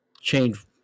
change